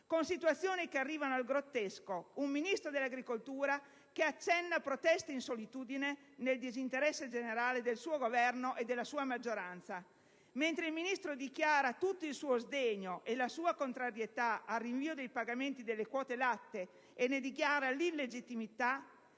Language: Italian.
con situazioni che arrivano al grottesco: un Ministro delle politiche agricole che accenna proteste in solitudine, nel disinteresse generale del suo Governo e della sua maggioranza. Mentre il Ministro dichiara tutto il suo sdegno e la sua contrarietà al rinvio dei pagamenti delle quote latte e ne dichiara l'illegittimità,